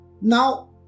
Now